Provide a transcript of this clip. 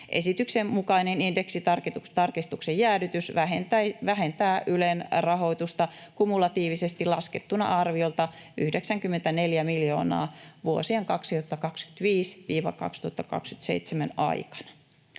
Esityksen mukainen indeksitarkistuksen jäädytys vähentää Ylen rahoitusta kumulatiivisesti laskettuna arviolta 94 miljoonaa vuosien 2025—2027 aikana.